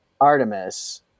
Artemis